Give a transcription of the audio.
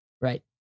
Right